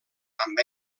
amb